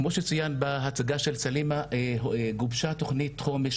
כמו שצויין בהצגה של סלימה גובשה תוכנית חומש